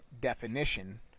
definition